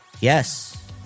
Yes